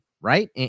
right